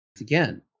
again